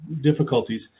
difficulties